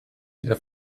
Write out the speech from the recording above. era